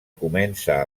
comença